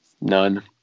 none